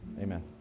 Amen